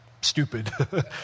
stupid